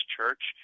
Church